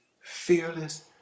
fearless